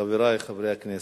חברי חברי הכנסת,